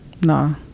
No